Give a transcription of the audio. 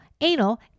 anal